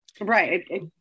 right